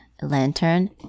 Lantern